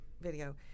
video